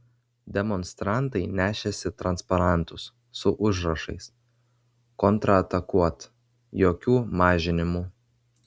demonstrantai nešėsi transparantus su užrašais kontratakuot jokių mažinimų